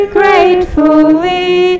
gratefully